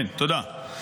כן, תודה.